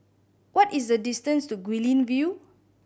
what is the distance to Guilin View